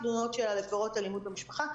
תלונות של עבירות אלימות במשפחה,